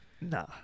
Nah